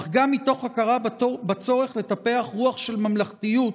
אך גם מתוך הכרה בצורך לטפח רוח של ממלכתיות,